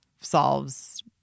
solves